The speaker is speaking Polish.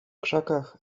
krzakach